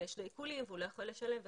ויש לו עיקולים והוא לא יכול לשלם וכו'.